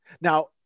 Now